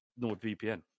NordVPN